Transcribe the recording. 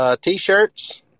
T-shirts